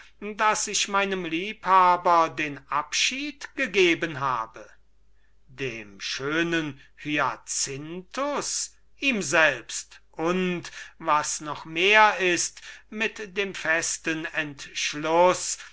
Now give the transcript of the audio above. daß ich meinem liebhaber den abschied gegeben habe dem schönen hiacinthus ihm selbst und was noch mehr ist mit dem festen entschluß